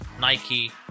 Nike